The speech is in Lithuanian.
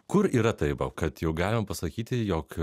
kur yra ta riba kad jau galima pasakyti jog